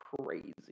crazy